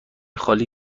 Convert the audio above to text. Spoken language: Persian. خالی